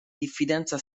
diffidenza